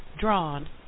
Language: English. drawn